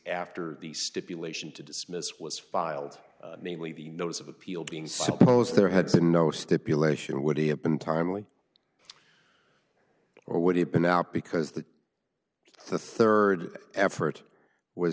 after the stipulation to dismiss was filed namely the notice of appeal being suppose there had been no stipulation would have been timely or would have been out because the the rd effort w